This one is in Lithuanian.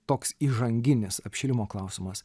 toks įžanginis apšilimo klausimas